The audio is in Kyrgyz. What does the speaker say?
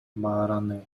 баарына